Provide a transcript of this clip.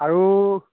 আৰু